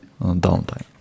downtime